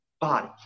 body